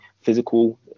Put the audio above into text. physical